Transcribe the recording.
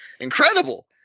incredible